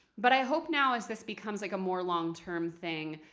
but i hope now, as this becomes like a more long-term thing,